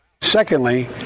Secondly